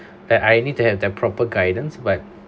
that I need to have the proper guidance but